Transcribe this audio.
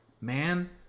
Man